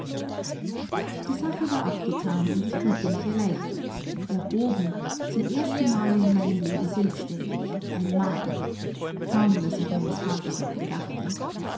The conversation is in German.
die sache war abgetan und ich fühlte mich erleichtert erhoben zum ersten male in meinem leben selbständig ein mann kaum daß ich meines vaters noch gedachte